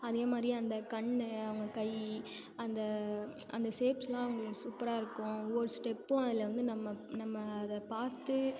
அதேமாதிரி அந்த கண் அவங்க கை அந்த அந்த ஷேப்ஸெலாம் அவங்களுக்கு சூப்பராக இருக்கும் ஒவ்வொரு ஸ்டெப்பும் அதில் வந்து நம்ம நம்ம அதை பார்த்து